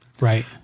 Right